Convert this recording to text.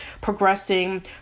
progressing